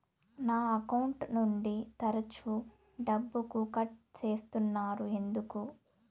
నా అకౌంట్ నుండి తరచు డబ్బుకు కట్ సేస్తున్నారు ఎందుకు